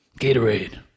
Gatorade